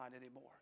anymore